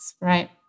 right